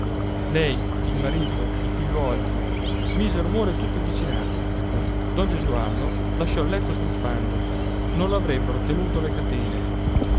lei il marito i figliuoli mise a rumore tutto il vicinato don gesualdo lasciò il letto sbuffando non lo avrebbero tenuto le catene